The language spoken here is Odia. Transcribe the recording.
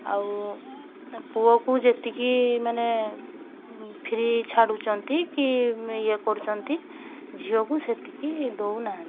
ଆଉ ପୁଅକୁ ଯେତିକି ମାନେ ଫ୍ରି ଛାଡ଼ୁଛନ୍ତି କି ଇଏ କରୁଛନ୍ତି ଝିଅକୁ ସେତିକି ଦେଉନାହାନ୍ତି